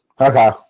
Okay